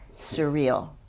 surreal